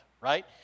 right